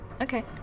Okay